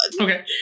Okay